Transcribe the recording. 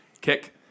kick